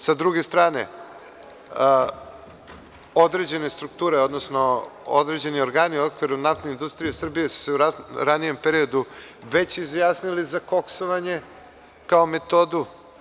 Sa druge strane određene strukture, odnosno određeni organi u okviru Nafte industrije Srbije su se u ranijem periodu već izjasnili za koksovanje, kao metodu.